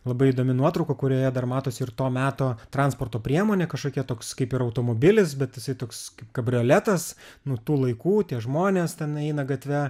labai įdomi nuotrauka kurioje dar matosi ir to meto transporto priemonė kažkokia toks kaip ir automobilis bet jisai toks kaip kabrioletas nu tų laikų tie žmonės ten eina gatve